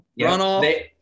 runoff